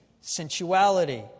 sensuality